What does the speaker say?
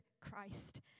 Christ